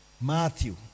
Matthew